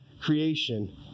creation